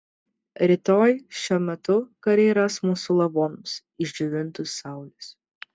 rytoj šiuo metu kariai ras mūsų lavonus išdžiovintus saulės